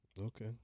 Okay